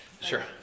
Sure